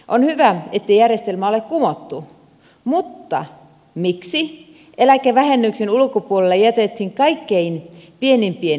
on hyvä ettei järjestelmää ole kumottu mutta miksi eläkevähennyksen ulkopuolelle jätettiin kaikkein pienimpien eläkkeitten saajat